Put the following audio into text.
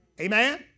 Amen